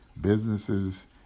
businesses